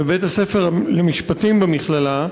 בבית-הספר למשפטים במכללה,